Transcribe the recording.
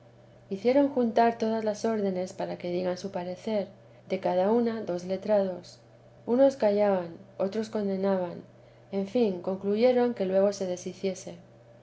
hicieron juntar todas las órdenes para que digan su parecer de cada una dos letrados unos callaban otros condenaban en fin concluyeron que luego se deshiciese